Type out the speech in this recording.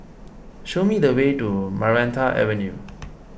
show me the way to Maranta Avenue